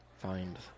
find